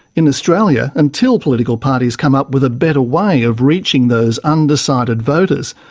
in australia, until political parties come up with a better way of reaching those undecided voters,